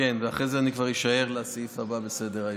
ואחרי זה אישאר לסעיף הבא בסדר-היום.